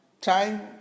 time